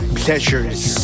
pleasures